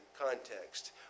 context